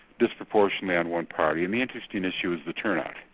disproportionately and one party, and the interesting issue is the turnout.